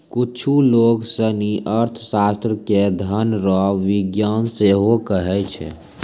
कुच्छु लोग सनी अर्थशास्त्र के धन रो विज्ञान सेहो कहै छै